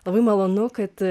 labai malonu kad